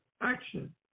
action